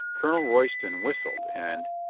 colonel royston whistled, and,